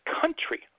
country